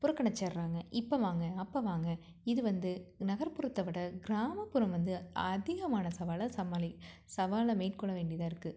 புறக்கணிச்சடுறாங்க இப்போ வாங்க அப்போ வாங்க இது வந்து நகர்ப்புறத்தை விட கிராமப்புறம் வந்து அதிகமான சவாலை சமாளி சவாலை மேற்கொள்ள வேண்டியதாக இருக்குது